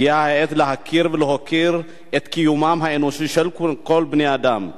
הגיעה העת להכיר ולהוקיר את קיומם האנושי של כל בני-האדם.